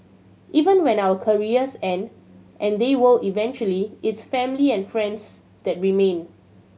even when our careers end and they will eventually it's family and friends that remain